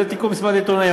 זה העתיקו ממסיבת העיתונאים,